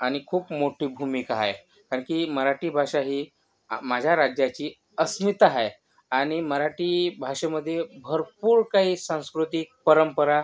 आणि खूप मोठी भूमिका आहे कारण की मराठी भाषा ही माझ्या राज्याची अस्मिता आहे आणि मराठी भाषेमध्ये भरपूर काही सांस्कृतिक परंपरा